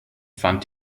fand